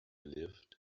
lived